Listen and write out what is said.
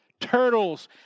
Turtles